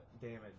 damage